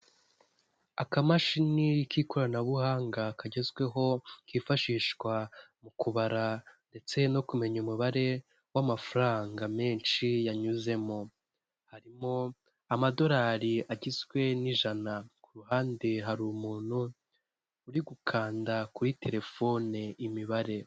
Akamashini k'ikoranabuhanga kagezweho, kifashishwa mu kubara ndetse no kumenya umubare w'amafaranga menshi yanyuzemo. Harimo amadolari agizwe n'ijana, ku ruhande hari umuntu uri gukanda kuri terefone imibare.